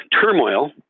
turmoil